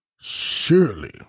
Surely